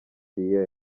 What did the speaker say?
the